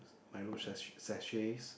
milo sach~ sachets